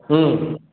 हम्म